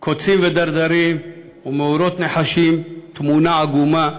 קוצים ודרדרים ומאורות נחשים, תמונה עגומה,